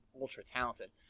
ultra-talented